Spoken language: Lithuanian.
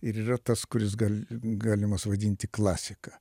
ir yra tas kuris gali galimas vadinti klasika